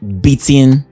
beating